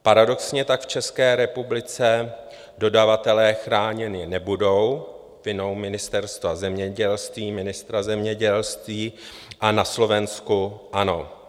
Paradoxně tak v České republice dodavatelé chráněni nebudou vinou Ministerstva zemědělství, ministra zemědělství, a na Slovensku ano.